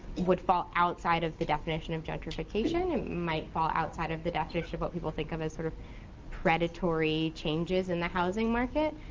would fall outside of the definition of gentrification. it might fall outside of the definition of what people think of sort of predatory changes in the housing market,